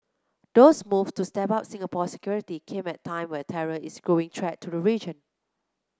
those moves to step up Singapore's security came at a time when terror is a growing threat to the region